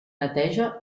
neteja